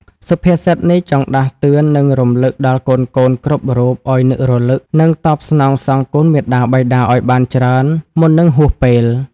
សុភាសិតនេះចង់ដាស់តឿន និងរំលឹកដល់កូនៗគ្រប់រូបឲ្យនឹករលឹកនិងតបស្នងសងគុណមាតាបិតាឲ្យបានច្រើន មុននឹងហួសពេល។